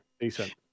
Decent